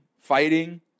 fighting